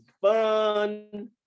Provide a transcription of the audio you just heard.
fun